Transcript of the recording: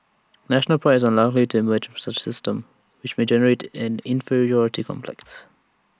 national Pride is unlikely to emerge from such A system which may generate an inferiority complex